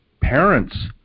parents